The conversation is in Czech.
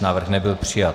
Návrh nebyl přijat.